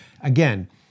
again